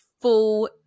full